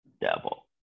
devil